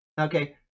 okay